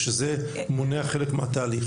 ושזה מונע חלק מהתהליך.